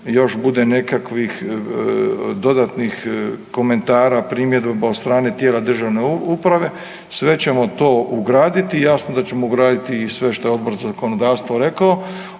još bude nekakvih dodatnih komentara, primjedaba od strane tijela državne uprave sve ćemo to ugraditi. Jasno da ćemo ugraditi i sve što je Odbor za zakonodavstvo rekao